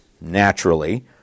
naturally